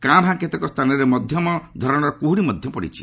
କାଁ ଭାଁ କେତେକ ସ୍ଥାନରେ ମଧ୍ୟମ ଧରଣର କୁହୁଡ଼ି ମଧ୍ୟ ପଡ଼ିଥିଲା